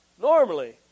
Normally